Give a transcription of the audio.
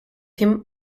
him